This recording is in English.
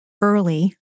early